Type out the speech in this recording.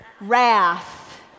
wrath